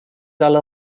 talle